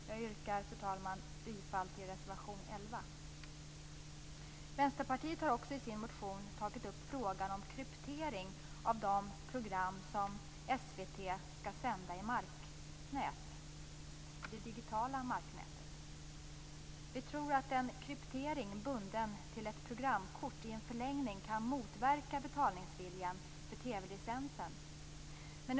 Jag yrkar, fru talman, bifall till reservation nr 11. Vänsterpartiet har också i sin motion tagit upp frågan om kryptering av de program som SVT skall sända i det digitala marknätet. Vi tror att en kryptering bunden till ett programkort i en förlängning kan motverka betalningsviljan för TV-licensen.